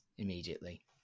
Immediately